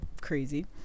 crazy